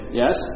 yes